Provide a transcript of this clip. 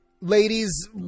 Ladies